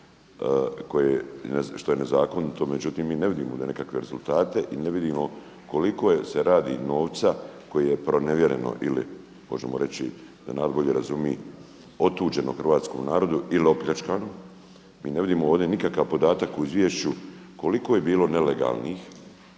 što je nezakonito, međutim mi ne vidimo ovdje nekakve rezultate i ne vidimo koliko se radi novca koji je pronevjereno ili možemo reći da narod bolje razumije, otuđeno hrvatskom narodu ili opljačkano, mi ne vidimo ovdje nikakav podatak u izvješću koliko je bilo nelegalnih